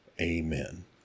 Amen